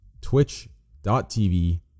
twitch.tv